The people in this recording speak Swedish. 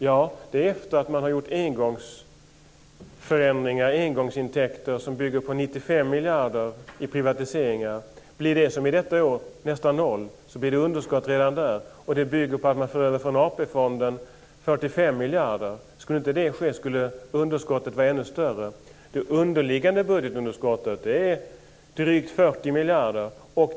Ja, det är efter engångsintäkter som bygger på 95 miljarder i privatiseringar. Om det detta år blir 0 blir det underskott redan där. Det bygger på att 45 miljarder förs över från AP-fonden. Om inte det skulle ske skulle underskottet bli ännu större. Det underliggande budgetunderskottet är drygt 40 miljarder.